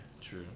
True